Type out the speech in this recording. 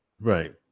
Right